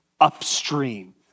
Upstream